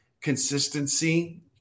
consistency